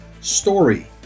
story